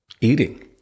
eating